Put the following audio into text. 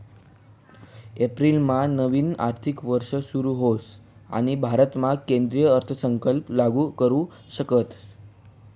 एप्रिलमा नवीन आर्थिक वर्ष सुरू होस आणि भारतामा केंद्रीय अर्थसंकल्प लागू करू शकतस